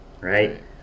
right